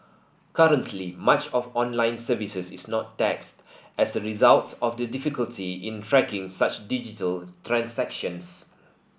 currently much of online services is not taxed as a result of the difficulty in tracking such digital transactions